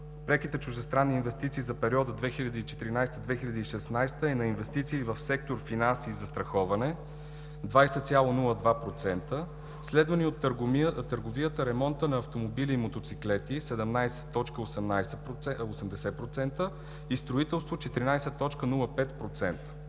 преките чуждестранни инвестиции за периода 2014 – 2016 е на инвестиции в сектор „Финанси и застрахова“ – 20,02%, следвани от търговията, ремонта на автомобили и мотоциклети – 17,80%, и строителство – 14,05%.